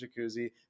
jacuzzi